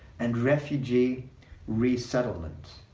and refugee resettlement.